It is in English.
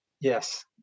yes